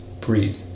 Breathe